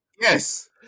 Yes